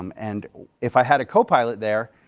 um and if i had a copilot there,